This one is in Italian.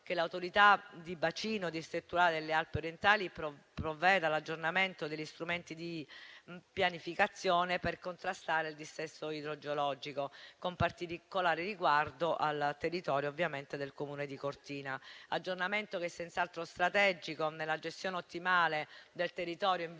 che l'Autorità di bacino distrettuale delle Alpi orientali provveda all'aggiornamento degli strumenti di pianificazione per contrastare il dissesto idrogeologico, con particolare riguardo al territorio del Comune di Cortina. Tale aggiornamento è senz'altro strategico nella gestione ottimale del territorio in vista